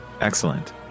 Excellent